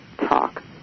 talk